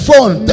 Phone